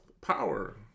power